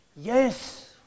yes